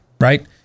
right